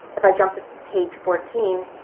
if i jump to page fourteen,